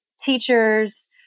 teachers